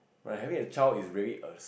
like having a child is really a